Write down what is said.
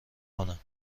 کنند